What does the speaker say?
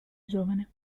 giovane